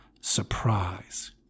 surprise